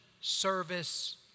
service